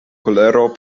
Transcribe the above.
kolero